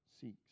seeks